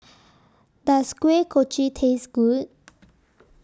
Does Kuih Kochi Taste Good